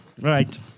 Right